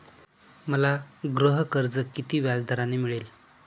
मला गृहकर्ज किती व्याजदराने मिळेल?